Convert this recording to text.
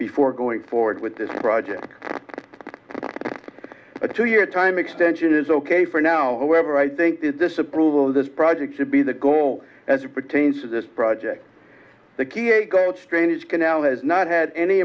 before going forward with this project a two year time extension is ok for now however i think that disapproval of this project should be the goal as it pertains to this project the key a strange canal has not had any